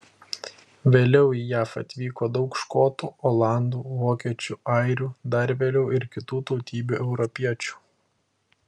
vėliau į jav atvyko daug škotų olandų vokiečių airių dar vėliau ir kitų tautybių europiečių